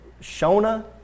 Shona